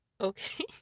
okay